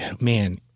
man